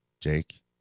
Jake